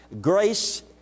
grace